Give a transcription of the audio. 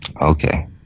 okay